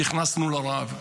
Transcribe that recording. נכנסנו לרב.